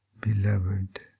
beloved